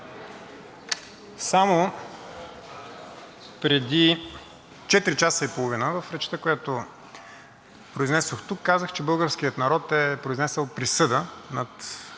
Само преди четири часа и половина в речта, която произнесох тук, казах, че българският народ е произнесъл присъда над